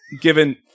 given